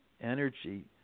energy